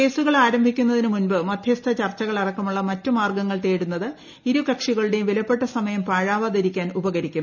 കേസുകൾ ആരംഭിക്കുന്നതിന് മുൻപ് മദ്ധ്യസ്ഥ ചർച്ചകളടക്കമുള്ള മറ്റ് മാർഗ്ഗങ്ങൾ തേടുന്നത് ഇരു കക്ഷികളുടെയും വിലപ്പെട്ട സമയം പാഴാവാതിരിക്കാൻ ഉപകരിക്കും